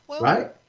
Right